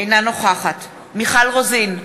אינה נוכחת מיכל רוזין,